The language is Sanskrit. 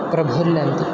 प्रफुल्लन्ति